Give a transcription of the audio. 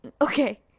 Okay